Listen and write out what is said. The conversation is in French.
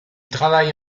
travaille